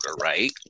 right